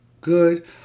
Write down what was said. good